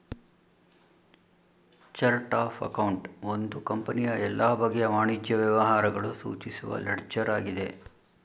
chart of account ಒಂದು ಕಂಪನಿಯ ಎಲ್ಲ ಬಗೆಯ ವಾಣಿಜ್ಯ ವ್ಯವಹಾರಗಳು ಸೂಚಿಸುವ ಲೆಡ್ಜರ್ ಆಗಿದೆ